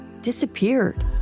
disappeared